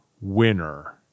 winner